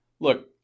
Look